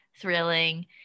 thrilling